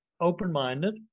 open-minded